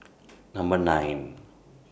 Number nine